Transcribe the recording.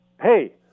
Hey